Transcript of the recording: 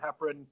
heparin